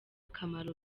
kamaro